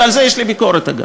ועל זה יש לי ביקורת, אגב,